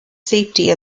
safety